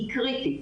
היא קריטית.